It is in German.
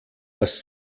was